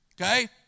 okay